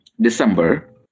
December